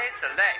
Select